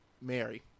Mary